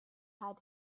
had